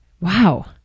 wow